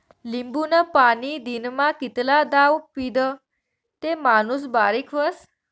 लिंबूनं पाणी दिनमा कितला दाव पीदं ते माणूस बारीक व्हस?